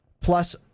plus